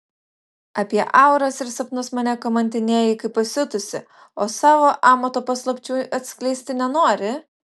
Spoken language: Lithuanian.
apie auras ir sapnus mane kamantinėji kaip pasiutusi o savo amato paslapčių atskleisti nenori